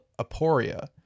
Aporia